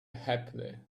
happily